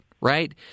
right